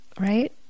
right